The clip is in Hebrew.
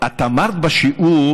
את אמרת בשיעור